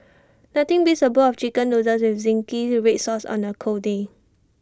nothing beats A bowl of Chicken Noodles with Zingy Red Sauce on A cold day